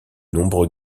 nombreux